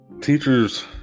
Teachers